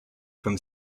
from